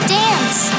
dance